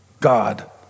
God